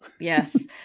Yes